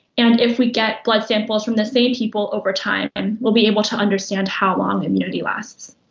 and if we get blood samples from the same people over time, and we'll be able to understand how long immunity lasts.